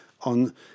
on